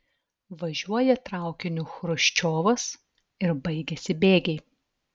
važiuoja traukiniu chruščiovas ir baigiasi bėgiai